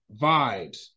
vibes